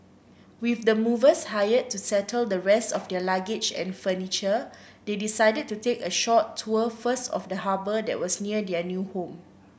with the movers hired to settle the rest of their luggage and furniture they decided to take a short tour first of the harbour that was near their new home